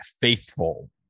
faithful